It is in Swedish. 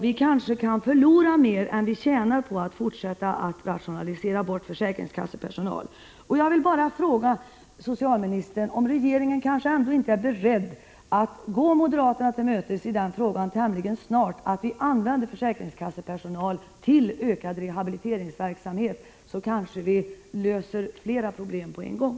Vi kanske kan förlora mer än vad vi tjänar på att fortsätta med att rationalisera bort försäkringskassepersonal. Jag vill fråga socialministern om regeringen ändå inte är beredd att tämligen snart gå oss moderater till mötes i denna fråga, så att försäkringskassepersonal kan användas till ökad rehabiliteringsverksamhet. Då kanske vi löser flera problem på en gång.